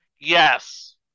Yes